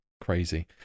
crazy